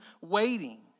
waiting